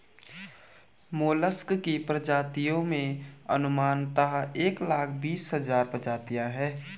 mollusc की प्रजातियों में अनुमानतः एक लाख बीस हज़ार प्रजातियां है